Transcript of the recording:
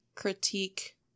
Critique